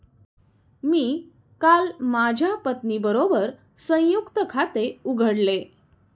मी काल माझ्या पत्नीबरोबर संयुक्त खाते उघडले